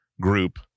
group